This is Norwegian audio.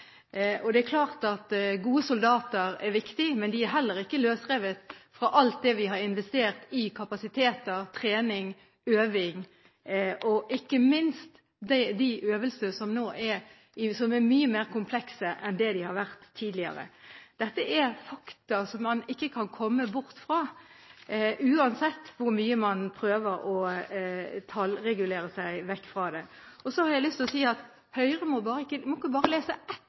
Det er klart at gode soldater er viktig, men de er heller ikke løsrevet fra alt det vi har investert i kapasiteter, trening, øving – ikke minst de øvelser som nå er mye mer komplekse enn de har vært tidligere. Dette er fakta man ikke kan komme bort fra, uansett hvor mye man prøver å tallregulere seg vekk fra det. Så har jeg lyst til å si til Høyre at man må ikke bare lese ett